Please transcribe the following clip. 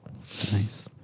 Nice